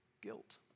guilt